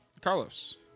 Carlos